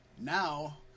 Now